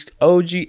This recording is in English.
OG